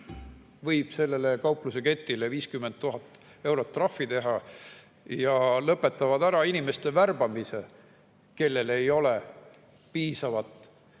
teavad, et kaupluseketile võib 50 000 eurot trahvi teha, ja lõpetavad ära inimeste värbamise, kellel ei ole piisavat